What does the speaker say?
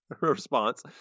response